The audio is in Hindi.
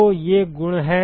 तो ये गुण हैं